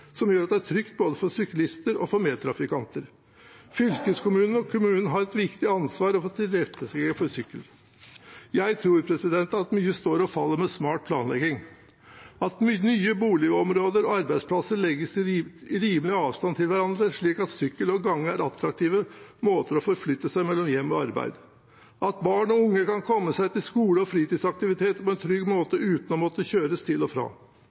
som gjør at det er trygt både for syklister og for medtrafikanter. Fylkeskommunen og kommunen har et viktig ansvar for å tilrettelegge for sykkel. Jeg tror at mye står og faller på smart planlegging – at nye boligområder og arbeidsplasser legges i rimelig avstand til hverandre, slik at sykkel og gange er attraktive måter å forflytte seg mellom hjem og arbeid på, og at barn og unge kan komme seg til skole og fritidsaktiviteter på en trygg måte uten å måtte kjøres til og fra.